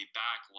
back